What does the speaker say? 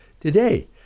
today